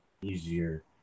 easier